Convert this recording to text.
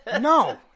No